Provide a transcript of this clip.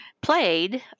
played